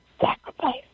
sacrifice